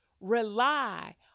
rely